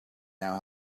now